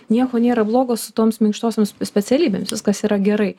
nieko nėra blogo su toms minkštosioms specialybėms viskas yra gerai